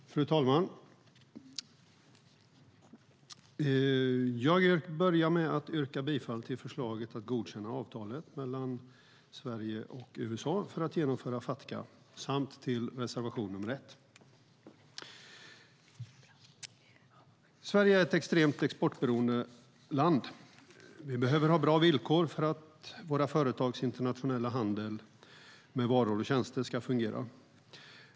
Genomförande av avtal mellan Sveriges regering och Amerikas förenta staters regering för att förbättra internationell efterlevnad av skatte-regler och för att genomföra Fatca Fru talman! Jag börjar med att yrka bifall till förslaget att godkänna avtalet mellan Sverige och USA för att genomföra Fatca samt till reservation 1. Sverige är ett extremt exportberoende land. Vi behöver ha bra villkor för att våra företags internationella handel med varor och tjänster ska fungera.